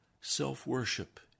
self-worship